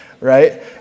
right